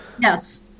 Yes